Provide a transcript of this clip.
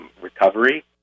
recovery